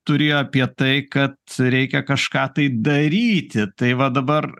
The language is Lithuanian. turėjo apie tai kad reikia kažką tai daryti tai va dabar